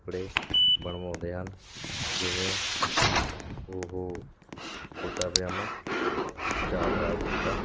ਕੱਪੜੇ ਬਣਵਾਉਂਦੇ ਹਨ ਜਿਵੇਂ ਉਹ ਕੁੜਤਾ ਪਜਾਮਾ ਚਾਦਰਾ ਕੁੜਤਾ